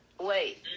Wait